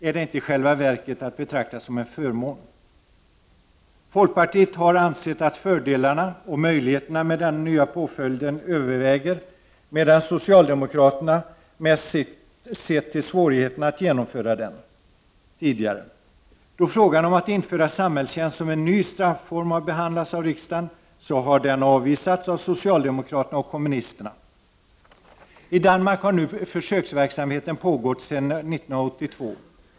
Är det inte i själva verket att betrakta som en förmån? Folkpartiet har ansett att fördelarna och möjligheterna med den nya påföljden överväger, medan socialdemokraterna tidigare mest sett till svårigheterna att genomföra den. Då frågan om att införa samhällstjänst som en ny strafform har behandlats av riksdagen har den avvisats av socialdemokraterna och kommunisterna. I Danmark har försöksverksamheten pågått sedan 1982.